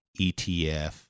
ETF